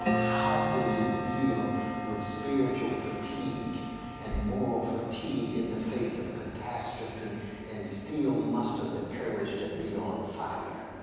how do you deal with spiritual fatigue and moral fatigue in the face of catastrophe and still muster the courage to be on fire,